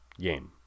game